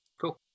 Cool